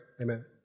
amen